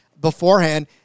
beforehand